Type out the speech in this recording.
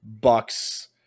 Bucks